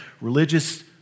religious